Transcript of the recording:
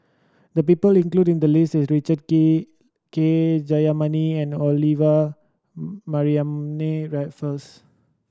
the people included in the list are Richard Kee K Jayamani and Olivia Mariamne Raffles